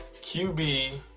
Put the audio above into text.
QB